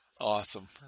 Awesome